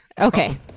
Okay